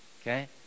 Okay